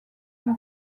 peu